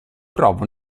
prova